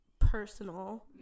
personal